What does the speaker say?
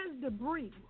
debris